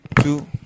two